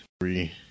three